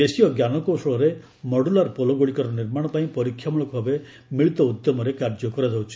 ଦେଶୀୟ ଜ୍ଞାନକୌଶଳରେ ମଡୁଲାର ପୋଲଗୁଡ଼ିକର ନିର୍ମାଣ ପାଇଁ ପରୀକ୍ଷାମ୍ଭଳକ ଭାବେ ମିଳିତ ଉଦ୍ୟମରେ କାର୍ଯ୍ୟ କରାଯାଉଛି